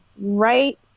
Right